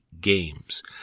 Games